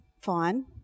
fine